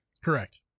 Correct